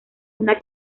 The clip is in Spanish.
una